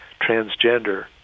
transgender